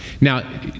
Now